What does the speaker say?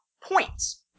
points